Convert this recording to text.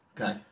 Okay